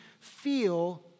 feel